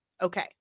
okay